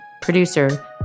producer